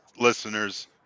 listeners